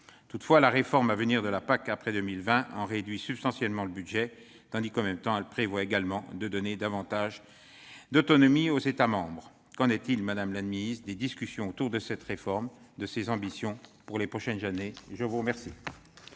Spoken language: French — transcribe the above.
Toutefois, la nouvelle réforme à venir pour la PAC après 2020 en réduit substantiellement le budget tandis que, dans le même temps, elle prévoit également de donner davantage d'autonomie aux États membres. Qu'en est-il, madame la secrétaire d'État, des discussions autour de cette réforme et de ses ambitions pour les prochaines années ? La parole